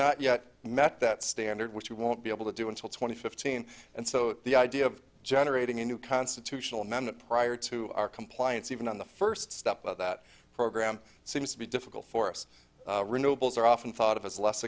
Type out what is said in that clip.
not yet met that standard which we won't be able to do until twenty fifteen and so the idea of generating a new constitutional amendment prior to our compliance even on the first step of that program seems to be difficult for us renewables are often thought of as less